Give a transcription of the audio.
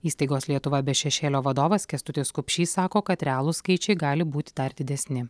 įstaigos lietuva be šešėlio vadovas kęstutis kupšys sako kad realūs skaičiai gali būti dar didesni